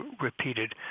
repeated